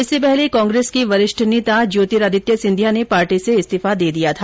इससे पहले कांग्रेस के वरिष्ठ नेता ज्योतिरादित्य सिंधिया ने पार्टी से इस्तीफा दे दिया था